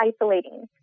isolating